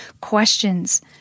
questions